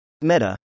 Meta